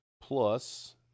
Plus